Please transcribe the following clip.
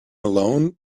alone